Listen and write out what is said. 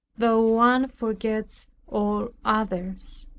though one forgets all others.